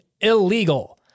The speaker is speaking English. illegal